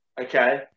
Okay